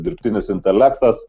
dirbtinis intelektas